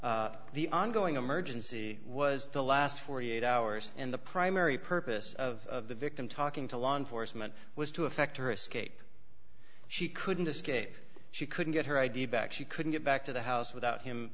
y the ongoing emergency was the last forty eight hours and the primary purpose of the victim talking to law enforcement was to effect her escape she couldn't escape she couldn't get her id back she couldn't get back to the house without him